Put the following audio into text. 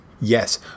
Yes